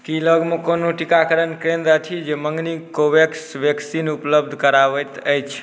की लगमे कोनो टीकाकरण केंद्र अछि जे मँगनी कोवोवेक्स वैक्सीन उपलब्ध कराबैत अछि